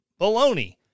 baloney